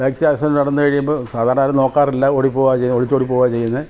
ബൈക്സി accident നടന്നുകഴിയുമ്പോള് സാധാരണ ആരും നോക്കാറില്ല ഓടിപ്പോവാ ചെയ്യ ഒളിച്ചോടിപ്പോവുകയാണു ചെയ്യുന്നെ